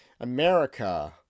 America